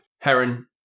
Heron